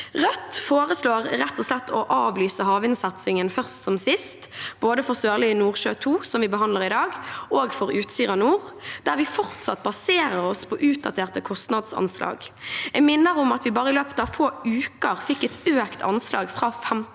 rett og slett å avlyse havvindsatsingen først som sist, både for Sørlige Nordsjø II, som vi behandler i dag, og for Utsira Nord, der vi fortsatt baserer oss på utdaterte kostnadsanslag. Jeg minner om at vi i løpet av bare få uker fikk økt anslaget fra 15